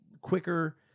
quicker